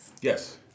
Yes